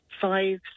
five